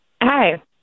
Hi